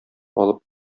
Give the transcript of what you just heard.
алып